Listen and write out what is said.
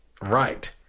Right